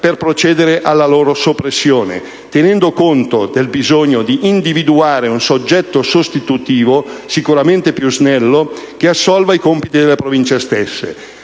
per procedere alla loro soppressione, tenendo conto del bisogno di individuare un soggetto sostitutivo, sicuramente più snello, che assolva i compiti delle Province stesse.